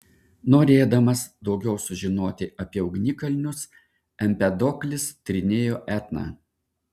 norėdamas daugiau sužinoti apie ugnikalnius empedoklis tyrinėjo etną